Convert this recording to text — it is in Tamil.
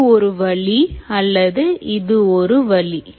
இது ஒரு வழி அல்லது இது ஒரு வழி